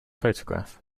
photograph